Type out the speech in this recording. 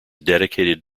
dedicated